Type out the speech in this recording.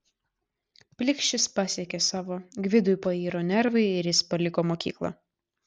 plikšis pasiekė savo gvidui pairo nervai ir jis paliko mokyklą